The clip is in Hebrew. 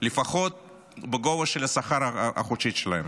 לפחות בגובה של השכר החודשי שלהם,